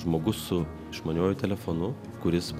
žmogus su išmaniuoju telefonu kuris